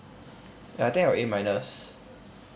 ya I think I got A minus